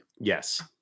Yes